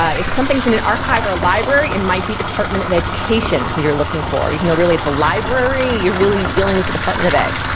ah if something's in an archive or a library, it might be department of education who you're looking for. even though really it's a library, you're really dealing with the department of ed.